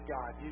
God